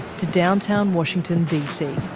to downtown washington dc.